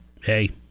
Hey